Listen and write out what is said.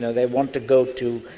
so they want to go to,